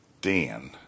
Dan